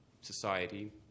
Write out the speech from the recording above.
society